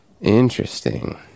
Interesting